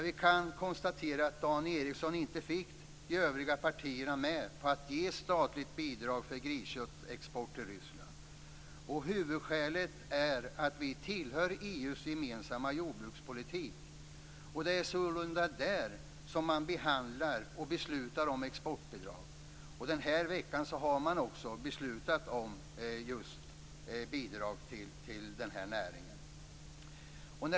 Vi kan konstatera att Dan Ericsson inte fick med de övriga partierna på att ge statligt bidrag för grisköttexport till Ryssland. Huvudskälet är att vi tillhör EU:s gemensamma jordbrukspolitik. Det är sålunda där som man behandlar och beslutar om exportbidrag. Denna vecka har man också beslutat om just bidrag till den här näringen.